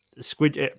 Squid